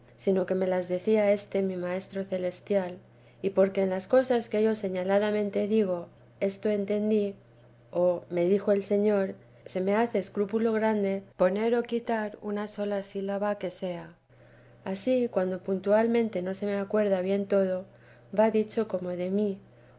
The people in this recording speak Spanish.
sino que me las decía este mi maestro celestial y porque en las cosas que yo señaladamente digo esto entendí o me dijo el señor se me hace escrúpulo grande poner o quitar una sola sílaba que sea ansí cuando puntualmente no se me acuerda bien todo va dicho como de mí